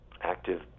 active